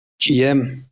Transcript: GM